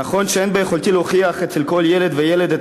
נכון שאין ביכולתי להוכיח אצל כל ילד וילד את